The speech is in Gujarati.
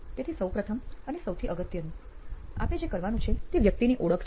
તેથી સૌપ્રથમ અને સૌથી અગત્યનું આપે જે કરવાનું છે તે વ્યક્તિની ઓળખ છે